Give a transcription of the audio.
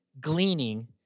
gleaning